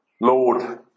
lord